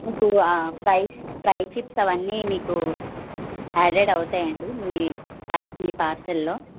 ఇప్పుడు fry fry chips అవన్నీ మీకు యాడెడ్ అవుతాయి అండి మీ ప్యాక్ మీ పార్సిల్లో